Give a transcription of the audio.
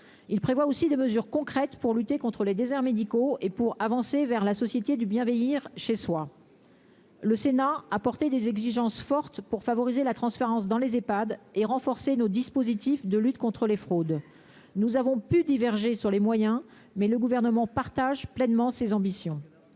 Il prévoit aussi des mesures concrètes pour lutter contre les déserts médicaux et pour avancer vers la société du bien vieillir chez soi. Le Sénat a porté des exigences fortes pour favoriser la transparence dans les Ehpad et renforcer nos dispositifs de lutte contre les fraudes. Nous avons pu diverger sur les moyens, mais le Gouvernement partage pleinement ces ambitions.